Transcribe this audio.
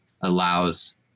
allows